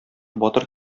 батыр